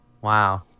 wow